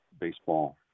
baseball